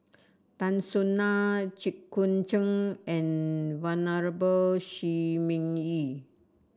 Tan Soo Nan Jit Koon Ch'ng and Venerable Shi Ming Yi